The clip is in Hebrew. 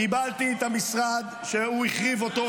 קיבלתי את המשרד שהוא החריב אותו,